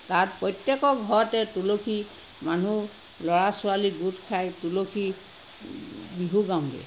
তাত প্ৰত্যেকৰ ঘৰতে তুলসী মানুহ ল'ৰা ছোৱালী গোট খাই তুলসী বিহু গাওঁগৈ